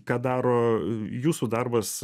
ką daro jūsų darbas